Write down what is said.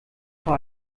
vor